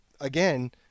again